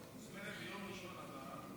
ביום ראשון הבא את מוזמנת,